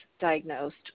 diagnosed